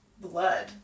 blood